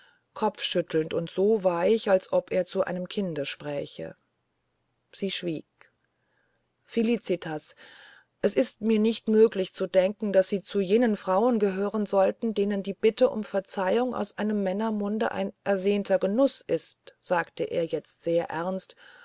kopfschüttelnd und so weich als ob er zu einem kinde spräche sie schwieg felicitas es ist mir nicht möglich zu denken daß sie zu jenen frauen gehören sollten denen die bitte um verzeihung aus einem männermunde ein ersehnter genuß ist sagte er jetzt sehr ernst